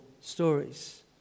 stories